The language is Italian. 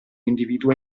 individuo